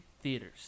theaters